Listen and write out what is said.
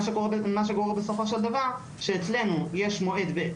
מה שקורה בסופו של דבר, שאצלנו יש מועד ב'.